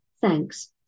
thanks